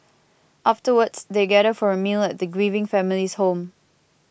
afterwards they gather for a meal at the grieving family's home